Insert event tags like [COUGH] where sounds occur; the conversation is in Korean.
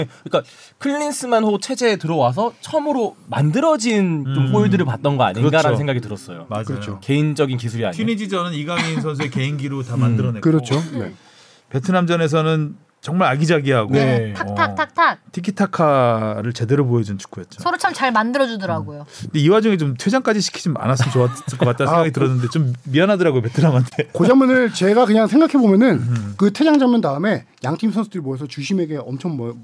그러니까 클린스만호 체제에 들어와서 처음으로 만들어진 좀 음. 골들을 봤던 거 아닌가라는 그렇죠. 생각이 들었어요. 맞아요. 그렇죠. 개인적인 기술이 아니에요. 튀니지전은 이강인 선수의 [LAUGHS] 개인기로 다 음. 만들어냈고 그렇죠. 네. 베트남전에서는 정말 아기자기하고 네. 탁탁탁탁. 어, 티키타카를 제대로 보여준 축구였죠. 서로 참 잘 만들어주더라고요. 음. 근데 이 와중에 좀 퇴장까지 시키지 않았으면 [LAUGHS] 좋았을 것 같다는 아, 생각이 뭐, 들었는데 좀 미안하더라고요, 베트남한테. [LAUGHS] 그 장면을 제가 그냥 생각해보면은 음. 그 퇴장 장면 다음에 양팀 선수들이 모여서 주심에게 엄청 모-